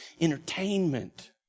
entertainment